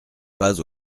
pas